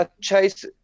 Chase